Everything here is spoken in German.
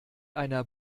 einer